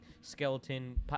skeleton